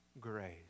grace